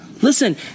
Listen